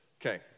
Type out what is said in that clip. Okay